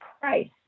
price